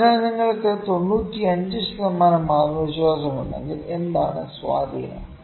അതിനാൽ നിങ്ങൾക്ക് 95 ശതമാനം ആത്മവിശ്വാസമുണ്ടെങ്കിൽ എന്താണ് സ്വാധീനം